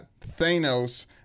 Thanos